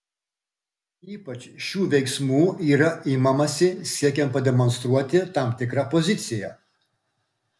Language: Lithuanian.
ypač šių veiksmų yra imamasi siekiant pademonstruoti tam tikrą poziciją